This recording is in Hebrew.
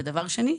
דבר שני,